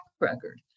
record